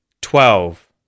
twelve